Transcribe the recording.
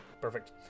Perfect